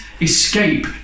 escape